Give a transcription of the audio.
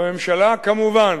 הממשלה, כמובן,